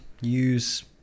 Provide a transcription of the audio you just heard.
use